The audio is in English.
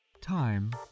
Time